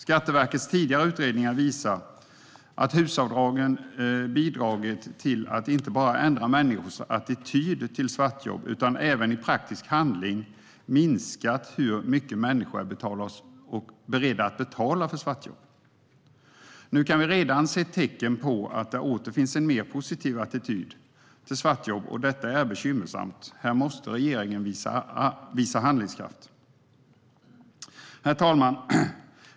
Skatteverkets tidigare utredningar visar att HUS-avdragen bidragit till att inte bara ändra människors attityd till svartjobb utan även i praktisk handling minskat hur mycket människor är beredda att betala för svartjobb. Nu kan vi redan se tecken på att det åter finns en mer positiv attityd till svartjobb. Detta är bekymmersamt. Här måste regeringen visa handlingskraft. Herr talman!